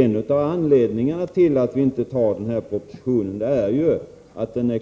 En av anledningarna till att vi inte ansluter oss till propositionen är att den